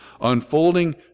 unfolding